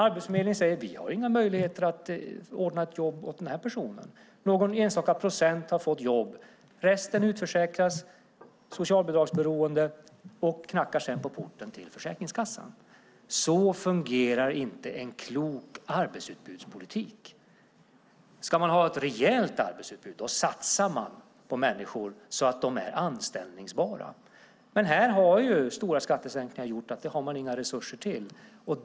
Arbetsförmedlingen säger att man inte har möjlighet att ordna ett jobb åt en person. Någon enstaka procent har fått jobb. Resten utförsäkras, blir socialbidragsberoende och knackar sedan på porten till Försäkringskassan. Så fungerar inte en klok arbetsutbudspolitik. Om man ska ha ett rejält arbetsutbud satsar man på människor så att de är anställningsbara. Här har stora skattesänkningar gjort att det inte finns några resurser.